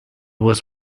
was